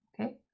okay